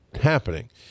happening